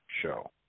show